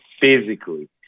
physically